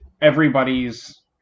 everybody's